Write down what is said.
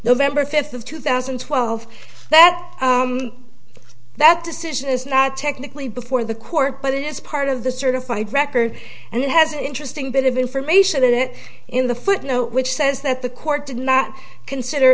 nov fifth of two thousand and twelve that that decision is now technically before the court but it is part of the certified record and it has an interesting bit of information in it in the footnote which says that the court did not consider